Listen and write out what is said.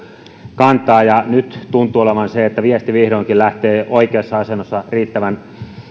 kantaa ja nyt tuntuu olevan niin että viesti vihdoinkin lähtee oikeassa asennossa riittävän